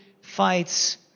fights